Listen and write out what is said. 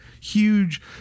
huge